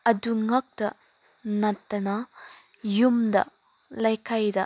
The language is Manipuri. ꯑꯗꯨꯈꯛꯇ ꯅꯠꯇꯅ ꯌꯨꯝꯗ ꯂꯩꯀꯥꯏꯗ